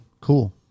Cool